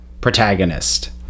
protagonist